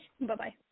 Bye-bye